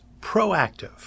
proactive